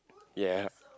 ya